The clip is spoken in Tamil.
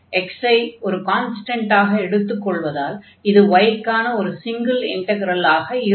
x ஐ ஒரு கான்ஸ்டன்டாக எடுத்துக் கொள்வதால் இது y க்கான ஒரு சிங்கிள் இன்டக்ரலாக இருக்கும்